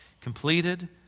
completed